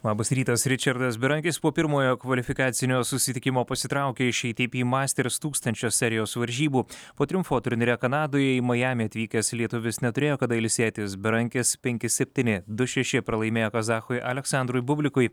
labas rytas ričardas berankis po pirmojo kvalifikacinio susitikimo pasitraukė iš ei ty py masters tūkstančio serijos varžybų po triumfo turnyre kanadoje į majamį atvykęs lietuvis neturėjo kada ilsėtis berankis penki septyni du šeši pralaimėjo kazachui aleksandrui bublikui